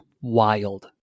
wild